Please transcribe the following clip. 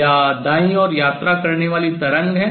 या दाईं ओर यात्रा करने वाली तरंग है